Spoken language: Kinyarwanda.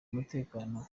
umutekano